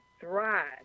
thrive